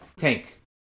Tank